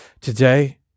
today